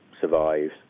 survives